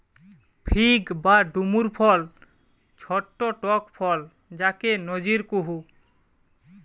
fig বা ডুমুর ফল ছট্ট টক ফল যাকে নজির কুহু